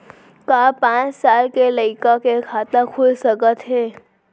का पाँच साल के लइका के खाता खुल सकथे?